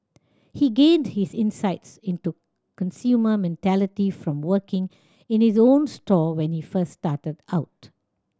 he gained his insights into consumer mentality from working in his own store when he first started out